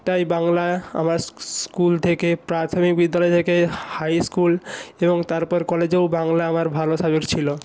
তাই বাংলা আমার স্কুল থেকে প্রাথমিক বিদ্যালয় থেকে হাই স্কুল এবং তারপর কলেজেও বাংলা আমার ভালো সাবজেক্ট ছিল